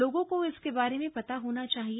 लोगों को इसके बारे में पता होना चाहिए